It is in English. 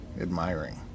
Admiring